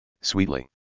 sweetly